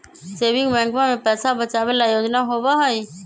saving बैंकवा में पैसा बचावे ला योजना होबा हई